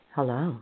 Hello